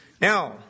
Now